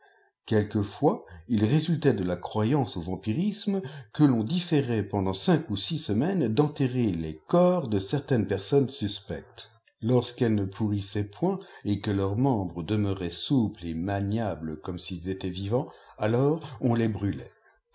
quelquefois il résultait de la croyance au vampirisme que ton différait pendant cinq ou six semaines d'enterrer les corps de certaines personnes suspectes lorsqu'elles ne urrissaient point et que leurs membres demeuraient souples et maniables comme s'ils étaient vivants alors on les brûlait